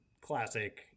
classic